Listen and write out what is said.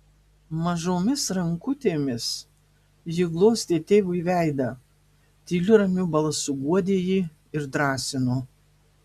mažomis rankutėmis ji glostė tėvui veidą tyliu ramiu balsu guodė jį ir drąsino